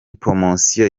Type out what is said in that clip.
poromosiyo